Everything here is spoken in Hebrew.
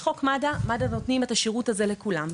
מד"א נותנים את השירות הזה לכולם,